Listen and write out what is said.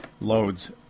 loads